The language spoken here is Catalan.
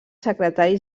secretari